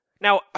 Now